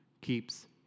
keeps